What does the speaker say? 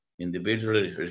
individual